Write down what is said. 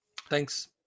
Thanks